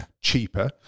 cheaper